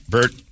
Bert